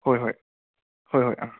ꯍꯣꯏ ꯍꯣꯏ ꯍꯣꯏ ꯍꯣꯏ ꯑꯥ